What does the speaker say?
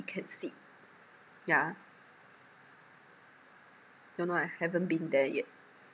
can sit yeah don't know I haven't been there yet